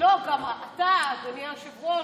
לא, גם אתה, אדוני היושב-ראש.